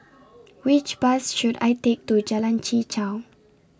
Which Bus should I Take to Jalan Chichau